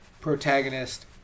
protagonist